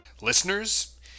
Listeners